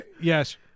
Yes